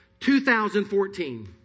2014